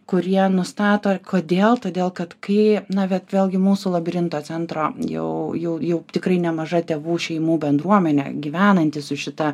kurie nustato kodėl todėl kad kai na bet vėlgi mūsų labirinto centro jau jau jau tikrai nemaža tėvų šeimų bendruomenė gyvenanti su šita